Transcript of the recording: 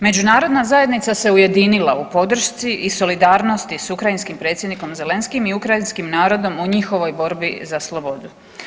Međunarodna zajednica se ujedinila u podršci i solidarnosti s ukrajinskim predsjednikom Zelenskym i ukrajinskim narodom u njihovoj borbi za slobodu.